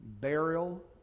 burial